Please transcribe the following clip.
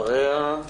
בוקר טוב.